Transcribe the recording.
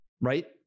right